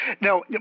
Now